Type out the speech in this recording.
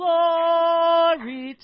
Glory